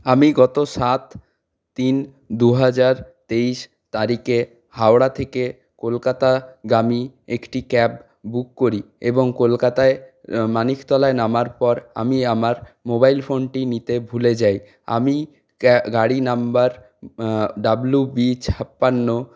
আমি গত সাত তিন দু হাজার তেইশ তারিখে হাওড়া থেকে কলকাতাগামী একটি ক্যাব বুক করি এবং কলকাতায় মাণিকতলায় নামার পর আমি আমার মোবাইল ফোনটি নিতে ভুলে যাই আমি গাড়ি নম্বর ডাবলুবি ছাপ্পান্ন